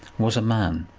was a man.